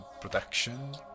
production